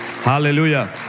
Hallelujah